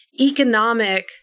economic